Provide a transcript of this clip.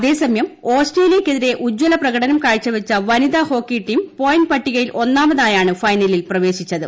അതേസമയം ഓസ്ട്രേലിയയ്ക്കെതിരെ ഉജ്ജല പ്രകടനം കാഴ്ചവച്ച വനിതാ ഹോക്കി ടീം പോയിന്റ് പട്ടികയിൽ ഒന്നാമതായാണ് ഫൈനലിൽ പ്രവേശിച്ചത്